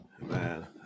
Man